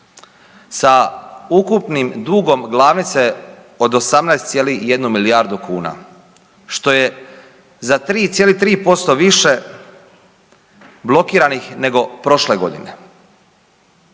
sa ukupnim dugom glavnice od 18,1 milijardu kuna što je za 3,3% više blokiranih nego prošle godine.